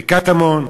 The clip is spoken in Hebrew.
בקטמון.